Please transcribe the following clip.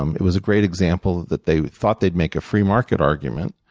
um it was a great example that they thought they'd make a free market argument,